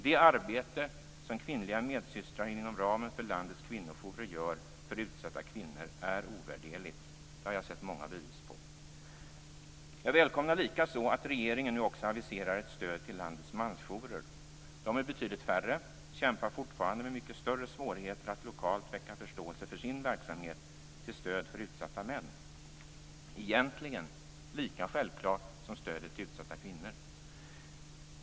Det arbete som kvinnliga medsystrar inom ramen för landets kvinnojourer gör för utsatta kvinnor är ovärderligt. Det har jag sett många bevis på. Jag välkomnar likaså att regeringen nu också aviserar ett stöd till landets mansjourer. De är betydligt färre och kämpar fortfarande med mycket större svårigheter att lokalt väcka förståelse för sin verksamhet till stöd för utsatta män - egentligen lika självklar som stödet till utsatta kvinnor.